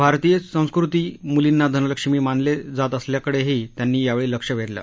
भारतीय संस्कृतीत मुलींना धनलक्ष्मी मानले जात असल्याकडेही त्यांनी लक्ष्य वेधलं